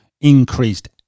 increased